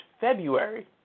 February